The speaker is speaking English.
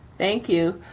thank you.